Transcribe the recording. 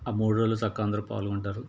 ఆ మూడు రోజులు చక్కగా అందరు పాల్గొంటారు